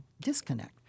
disconnect